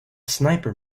sniper